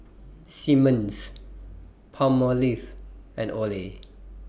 Simmons Palmolive and Olay